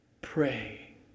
pray